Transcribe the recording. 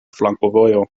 flankovojo